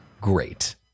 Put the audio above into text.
great